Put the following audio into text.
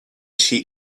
she